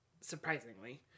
Surprisingly